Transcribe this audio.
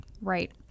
right